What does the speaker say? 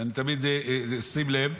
שים לב,